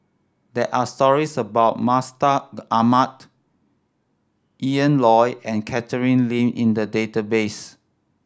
there are stories about Mustaq Ahmad Ian Loy and Catherine Lim in the database